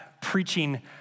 preaching